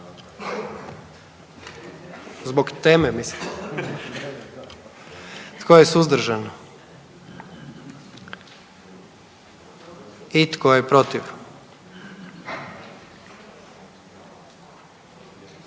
Tko je za? Tko je suzdržan? I tko je protiv?